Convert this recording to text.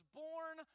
born